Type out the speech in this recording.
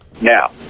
Now